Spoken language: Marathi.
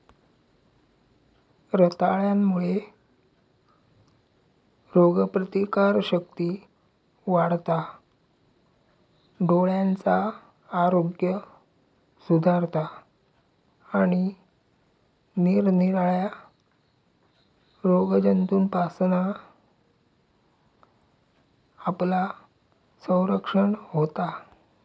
रताळ्यांमुळे रोगप्रतिकारशक्ती वाढता, डोळ्यांचा आरोग्य सुधारता आणि निरनिराळ्या रोगजंतूंपासना आपला संरक्षण होता